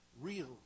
real